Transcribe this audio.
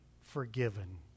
forgiven